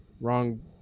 wrong